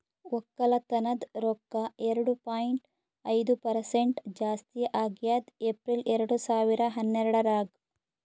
ಒಕ್ಕಲತನದ್ ರೊಕ್ಕ ಎರಡು ಪಾಯಿಂಟ್ ಐದು ಪರಸೆಂಟ್ ಜಾಸ್ತಿ ಆಗ್ಯದ್ ಏಪ್ರಿಲ್ ಎರಡು ಸಾವಿರ ಹನ್ನೆರಡರಾಗ್